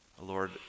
Lord